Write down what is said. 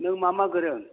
नों मा मा गोरों